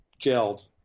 gelled